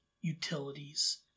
utilities